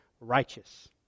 righteous